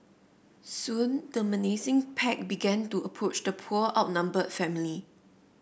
soon the menacing pack began to approach the poor outnumbered family